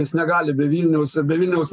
jis negali be vilniaus ir be vilniaus